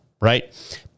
right